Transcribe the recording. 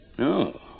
No